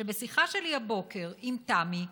שבשיחה שלי הבוקר עם תמי,